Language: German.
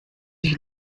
sich